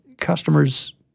customers